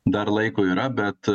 dar laiko yra bet